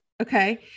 Okay